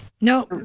No